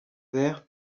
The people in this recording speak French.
verre